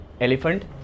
Elephant